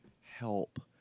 help